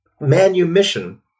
manumission